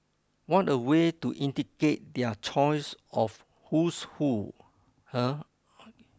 what a way to indicate their choice of who's who eh